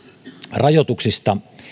rajoituksista